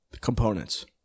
components